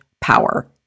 power